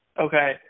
Okay